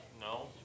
no